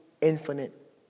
infinite